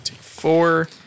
Four